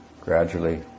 gradually